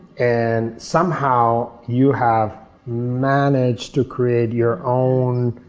and somehow you have managed to create your own